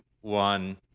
one